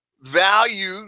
value